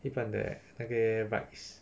一半的那个 rides